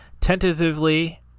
tentatively